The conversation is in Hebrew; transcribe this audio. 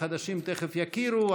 החדשים תכף יכירו,